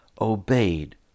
obeyed